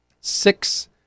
six